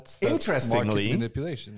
interestingly